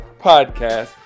podcast